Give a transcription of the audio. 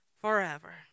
forever